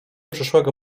przyszłego